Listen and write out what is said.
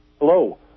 Hello